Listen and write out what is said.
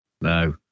No